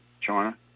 China